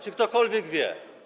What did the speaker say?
Czy ktokolwiek wie?